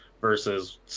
Versus